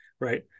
right